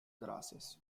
grasses